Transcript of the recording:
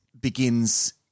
begins